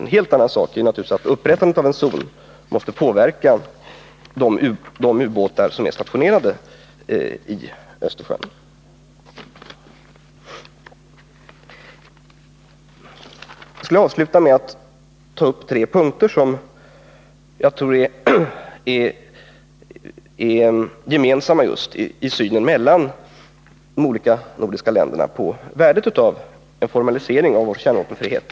En helt annan sak är naturligtvis att upprättandet av en zon måste påverka de ubåtar som är stationerade i Östersjön. Jag vill avsluta med att ta upp tre punkter som jag tror är gemensamma för de olika nordiska länderna när det gäller värdet av formalisering av vår kärnvapenfrihet.